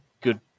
good